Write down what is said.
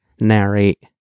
Narrate